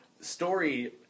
story